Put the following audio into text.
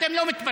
אתם לא מתפרעים.